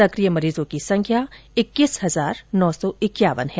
सक्रिय मरीजों की संख्या इक्कीस हजार नौ सौ इक्यावन है